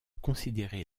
considérer